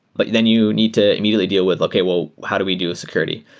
but then you need to immediately deal with, okay. well, how do we do security?